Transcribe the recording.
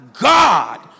God